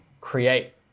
create